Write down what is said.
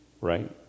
Right